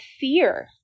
fear